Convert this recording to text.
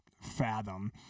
fathom